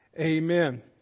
Amen